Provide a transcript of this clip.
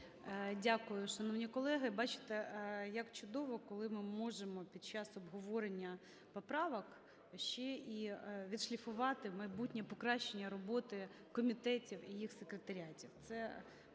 Дякую, шановні колеги. Бачите, як чудово, коли ми можемо під час обговорення поправок ще і відшліфувати майбутнє покращення роботи комітетів і їх секретаріатів.